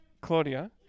Claudia